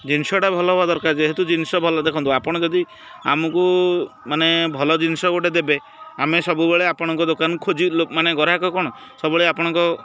ଜିନିଷଟା ଭଲ ହବା ଦରକାର ଯେହେତୁ ଜିନିଷ ଭଲ ଦେଖନ୍ତୁ ଆପଣ ଯଦି ଆମକୁ ମାନେ ଭଲ ଜିନିଷ ଗୋଟେ ଦେବେ ଆମେ ସବୁବେଳେ ଆପଣଙ୍କ ଦୋକାନ ଖୋଜି ଲୋକ ମାନେ ଗ୍ରାହକ କ'ଣ ସବୁବେଳେ ଆପଣଙ୍କ